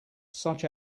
such